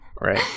Right